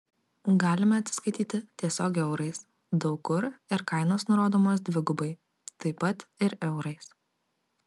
galime atsiskaityti tiesiog eurais daug kur ir kainos nurodomos dvigubai taip pat ir eurais